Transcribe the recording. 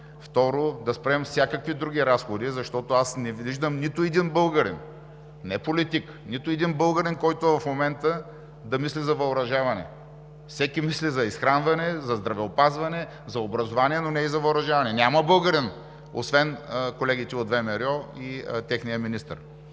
Второ, да спрем всякакви други разходи, защото аз не виждам нито един българин – не политик, а нито един българин, който в момента да мисли за въоръжаване. Всеки мисли за изхранване, за здравеопазване, за образование, но не и за въоръжаване. Няма българин, освен колегите от ВМРО и техният министър.